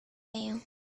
hair